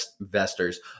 investors